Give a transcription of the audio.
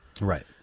Right